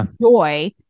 joy